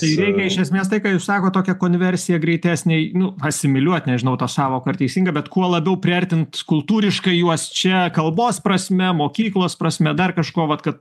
teisingai iš esmės tai ką jūs sakot tokia konversija greitesnė nu asimiliuot nežinau tą sąvoką ar teisinga bet kuo labiau priartint kultūriškai juos čia kalbos prasme mokyklos prasme dar kažko vat kad